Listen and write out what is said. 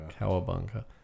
cowabunga